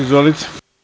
Izvolite.